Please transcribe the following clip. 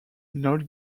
not